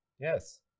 Yes